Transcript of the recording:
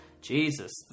Jesus